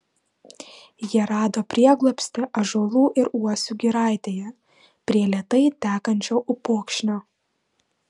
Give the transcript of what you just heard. jie rado prieglobstį ąžuolų ir uosių giraitėje prie lėtai tekančio upokšnio